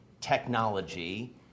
technology